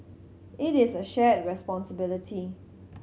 it is a shared responsibility